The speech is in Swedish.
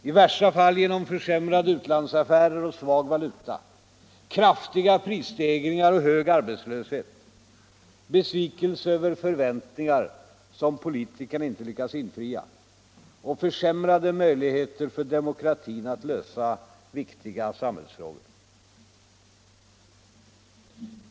I värsta fall genom försämrade utlandsaffärer och svag valuta, kraftiga prisstegringar och hög arbetslöshet, besvikelse över de förväntningar politikerna inte lyckats infria och försämrade möjligheter för demokratin att lösa viktiga samhällsfrågor.